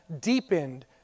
deepened